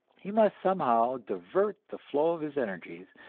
he must somehow divert the flow of his energies,